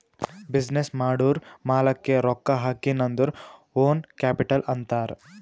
business ಮಾಡೂರ್ ಮಾಲಾಕ್ಕೆ ರೊಕ್ಕಾ ಹಾಕಿನ್ ಅಂದುರ್ ಓನ್ ಕ್ಯಾಪಿಟಲ್ ಅಂತಾರ್